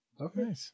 Okay